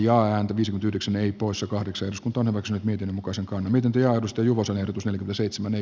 ja on pysynyt yhdeksän poissa kahdeksan osku tonavaksi miten muka sakoon miten työ osto juvosen ehdotus oli seitsemän ey